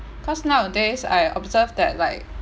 cause nowadays I observe that like